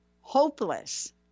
hopeless